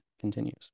continues